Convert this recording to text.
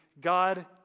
God